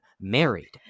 married